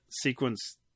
sequence